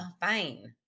Fine